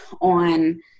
on